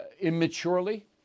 immaturely